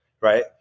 right